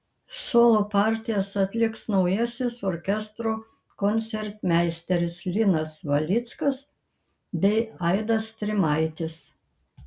solo partijas atliks naujasis orkestro koncertmeisteris linas valickas bei aidas strimaitis